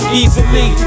easily